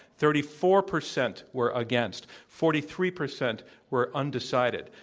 thirty four percent were against, forty three percent were undecided.